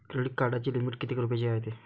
Credit कार्डाची limit कितीक रुपयाची रायते?